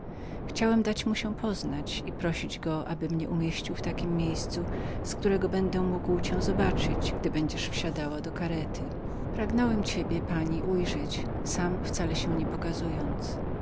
chciałem dać mu się poznać i prosić go aby mnie umieścił w takiem miejscu z którego będę mógł widzieć cię wsiadającą do karety pragnąłem ciebie pani ujrzeć sam wcale się nie pokazując